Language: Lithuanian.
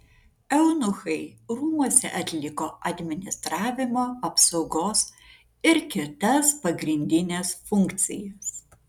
eunuchai rūmuose atliko administravimo apsaugos ir kitas pagrindines funkcijas